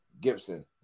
Gibson